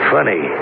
Funny